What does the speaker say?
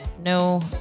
No